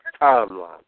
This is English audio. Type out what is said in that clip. timeline